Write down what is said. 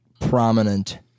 prominent